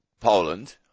Poland